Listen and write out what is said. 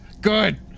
Good